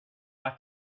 that